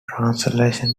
transliteration